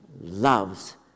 loves